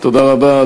תודה רבה.